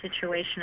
situation